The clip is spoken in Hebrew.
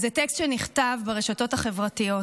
אז זה טקסט שנכתב ברשתות החברתיות,